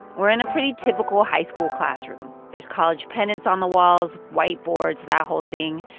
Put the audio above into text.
we're in a pretty typical high school classroom. there's college pennants on the walls, whiteboards, that whole thing.